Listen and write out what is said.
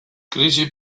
krisi